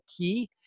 key